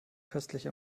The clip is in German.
köstlich